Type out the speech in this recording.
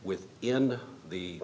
with in the